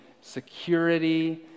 security